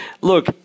look